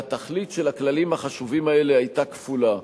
והתכלית של הכללים החשובים האלה היתה כפולה,